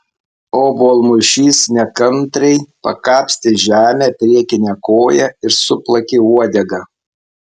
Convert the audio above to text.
obuolmušys nekantriai pakapstė žemę priekine koja ir suplakė uodega